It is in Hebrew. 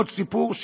עוד סיפור,